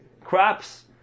crops